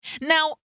Now